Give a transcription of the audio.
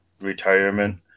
retirement